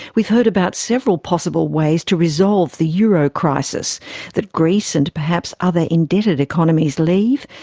we've heard about several possible ways to resolve the euro crisis that greece and perhaps other indebted economies leave,